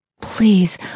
Please